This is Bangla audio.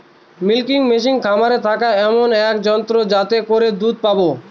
মিল্কিং মেশিন খামারে থাকা এমন এক যন্ত্র যাতে করে দুধ পাবো